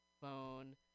phone